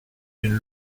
une